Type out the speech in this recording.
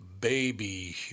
Baby